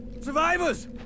Survivors